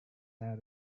out